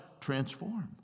transform